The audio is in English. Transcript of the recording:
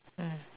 mm